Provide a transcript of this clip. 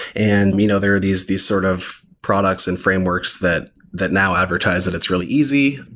and we know there are these these sort of products and frameworks that that now advertise that it's really easy.